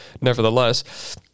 nevertheless